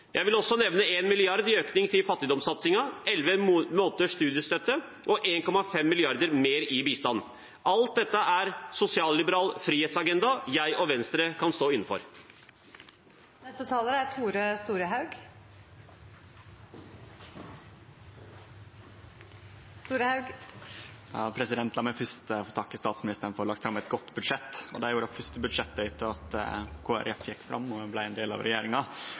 Jeg vil også nevne 1 mrd. kr i økning til fattigdomssatsingen, 11 måneders studiestøtte og 1,5 mrd. kr mer i bistand. Alt dette er en sosialliberal frihetsagenda som jeg og Venstre kan stå inne for. La meg først få takke finansministeren for å ha lagt fram eit godt budsjett. Det er jo det første budsjettet etter at Kristeleg Folkeparti blei ein del av regjeringa,